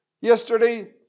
yesterday